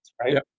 right